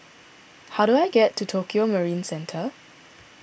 how do I get to Tokio Marine Centre